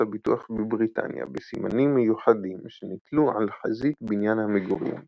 הביטוח בבריטניה בסימנים מיוחדים שניתלו על חזית בניין המגורים